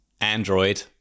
android